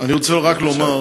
אני רוצה רק לומר